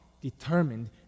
determined